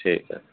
ٹھیک ہے